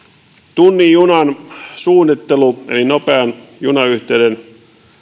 tunnin junan suunnittelu eli nopean junayhteyden